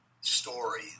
story